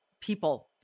people